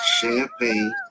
champagne